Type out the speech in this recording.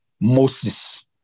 Moses